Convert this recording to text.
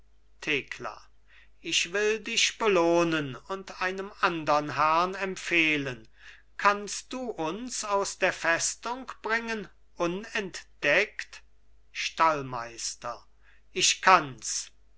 thekla ich will dich belohnen und einem andern herrn empfehlen kannst du uns aus der festung bringen unentdeckt stallmeister ich kanns